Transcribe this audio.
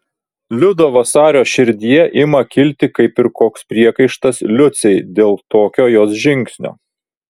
liudo vasario širdyje ima kilti kaip ir koks priekaištas liucei dėl tokio jos žingsnio